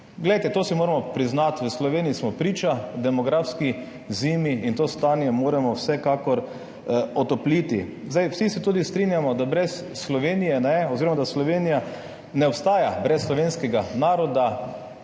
Glejte, to si moramo priznati, v Sloveniji smo priča demografski zimi. In to stanje moramo vsekakor otopliti. Vsi se tudi strinjamo, da Slovenija ne obstaja brez slovenskega naroda,